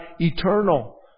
eternal